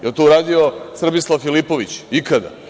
Da li je to uradio Srbislav Filipović ikada?